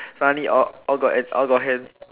funny or all got all got hands